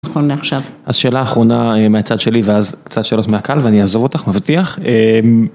מעכשיו, אז שאלה אחרונה מהצד שלי ואז קצת שאלות מהקהל ואני אעזוב אותך מבטיח